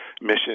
mission